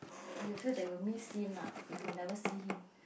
and you feel that you will miss him lah if you never see him